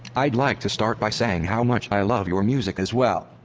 i'd like to start by saying how much i love your music as well.